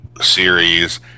series